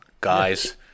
guys